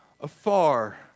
afar